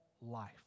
life